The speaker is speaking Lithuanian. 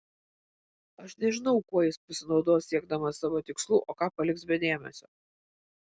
aš nežinau kuo jis pasinaudos siekdamas savo tikslų o ką paliks be dėmesio